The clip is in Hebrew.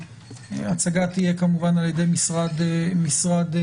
ההצגה תהיה כמובן על ידי משרד הבריאות,